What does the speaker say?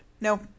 No